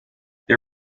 they